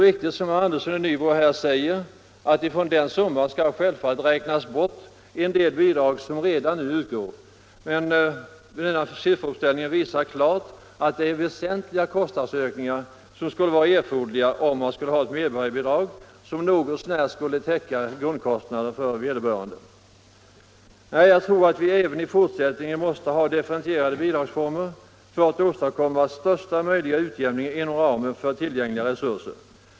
Från den summan skall självfallet, som herr Andersson i Nybro säger, räknas bort en del bidrag 131 som redan nu utgår. Sifferuppställningen visar dock klart att väsentliga kostnadsökningar skulle erfordras om vi skulle införa ett medborgarbidrag som något så när skulle täcka grundkostnaderna för vederbörande. Nej, jag tror att vi även i fortsättningen måste ha differentierade bidragsformer för att åstadkomma största möjliga utjämning inom ramen för tillgängliga resurser.